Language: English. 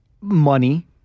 money